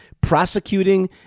prosecuting